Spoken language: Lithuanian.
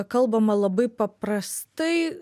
kalbama labai paprastai